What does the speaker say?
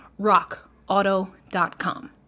Rockauto.com